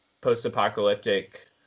post-apocalyptic